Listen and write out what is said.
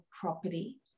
Property